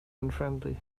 unfriendly